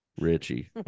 Richie